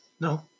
No